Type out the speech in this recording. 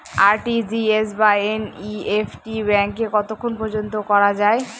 RTGS বা NEFT ব্যাংকে কতক্ষণ পর্যন্ত করা যায়?